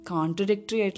Contradictory